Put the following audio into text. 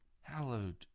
Hallowed